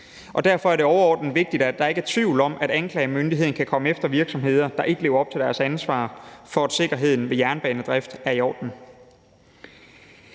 Derfor er det overordnet vigtigt, at der ikke er tvivl om, at anklagemyndigheden kan komme efter virksomheder, der ikke lever op til deres ansvar for, at sikkerheden ved jernbanedrift er i orden.